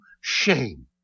shame